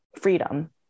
freedom